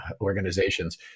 organizations